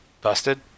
busted